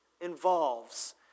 involves